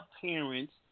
parents